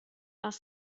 was